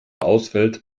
ausfällt